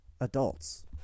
adults